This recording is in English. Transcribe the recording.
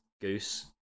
goose